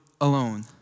alone